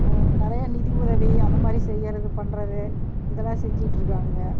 நிறையா நிதி உதவி அதை மாதிரி செய்கிறது பண்றது இதெல்லாம் செஞ்சுட்டு இருக்காங்க